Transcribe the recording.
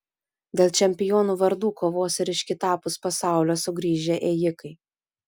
dėl čempionų vardų kovos ir iš kitapus pasaulio sugrįžę ėjikai